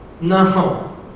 No